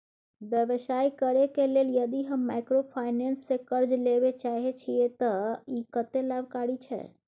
व्यवसाय करे के लेल यदि हम माइक्रोफाइनेंस स कर्ज लेबे चाहे छिये त इ कत्ते लाभकारी छै?